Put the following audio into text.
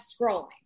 scrolling